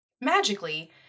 Magically